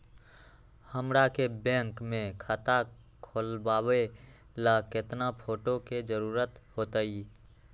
हमरा के बैंक में खाता खोलबाबे ला केतना फोटो के जरूरत होतई?